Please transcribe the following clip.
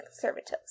Conservatives